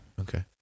okay